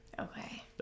okay